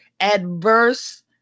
adverse